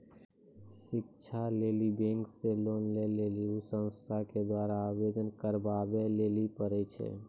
शिक्षा लेली बैंक से लोन लेली उ संस्थान के द्वारा आवेदन करबाबै लेली पर छै?